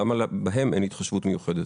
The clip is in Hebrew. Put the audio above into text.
למה בהם אין התחשבות מיוחדת?